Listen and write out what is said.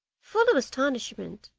full of astonishment,